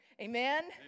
Amen